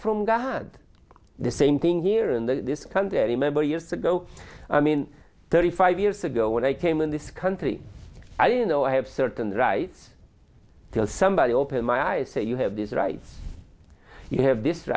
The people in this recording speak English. god the same thing here in the country i remember years ago i mean thirty five years ago when i came in this country i know i have certain rights till somebody open my eyes say you have this right you have this